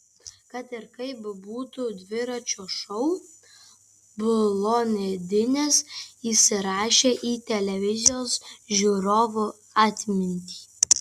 kad ir kaip būtų dviračio šou blondinės įsirašė į televizijos žiūrovų atmintį